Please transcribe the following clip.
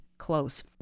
close